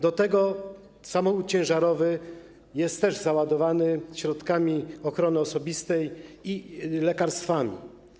Do tego samochód ciężarowy jest też załadowany środkami ochrony osobistej i lekarstwami.